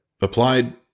applied